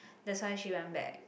that's why she went back